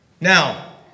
Now